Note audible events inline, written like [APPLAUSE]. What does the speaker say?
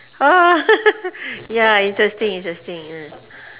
ah [LAUGHS] ya interesting interesting